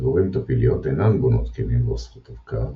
דבורים טפיליות אינן בונות קנים ואוספות אבקה,